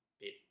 bit